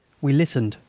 we listened,